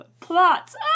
Plots